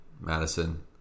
Madison